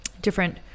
different